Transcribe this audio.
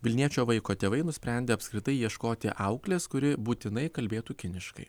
vilniečio vaiko tėvai nusprendė apskritai ieškoti auklės kuri būtinai kalbėtų kiniškai